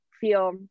feel